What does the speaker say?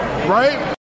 Right